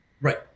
Right